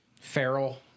feral